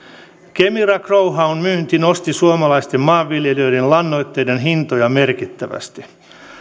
kemira growhown myynti nosti suomalaisten maanviljelijöiden lannoitteiden hintoja merkittävästi